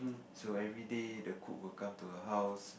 so everyday the cook will come to her house